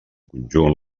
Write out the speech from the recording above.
conjunt